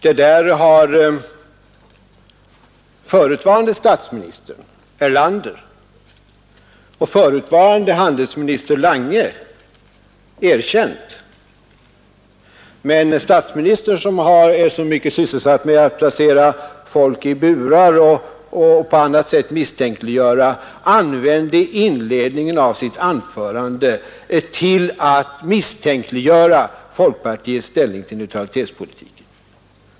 Detta har förutvarande statsministern Erlander och förutvarande handelsministern Lange erkänt, medan statsminister Palme som är hårt sysselsatt med att placera folk i burar och på annat sätt misstänkliggöra dem använde inledningen av sitt anförande till att misstänkliggöra folkpartiets inställning till neutralitetspolitiken.